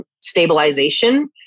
stabilization